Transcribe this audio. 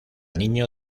niño